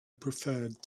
preferred